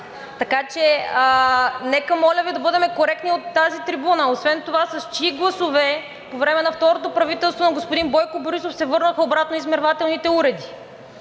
Нека, моля Ви, да бъдем коректни от тази трибуна. Освен това, с чии гласове по време на второто правителство на господин Бойко Борисов се върнаха обратно измервателните уреди?